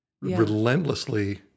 Relentlessly